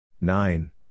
nine